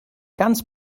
ganz